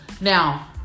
now